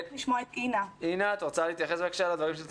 בבקשה, אינה, את רוצה להתייחס לדברים של צמרת?